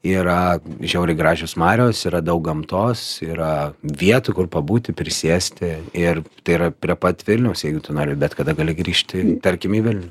yra žiauriai gražios marios yra daug gamtos yra vietų kur pabūti prisėsti ir tai yra prie pat vilniaus jeigu tu nori bet kada gali grįžti tarkim į vilnių